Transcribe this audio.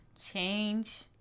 change